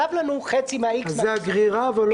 זה הסעיף שמנכים מהמקדמה, לא יחול.